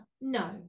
no